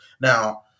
Now